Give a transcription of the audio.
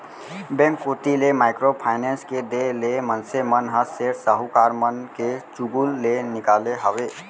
bank कोती ले micro finance के देय ले मनसे मन ह सेठ साहूकार मन के चुगूल ले निकाले हावय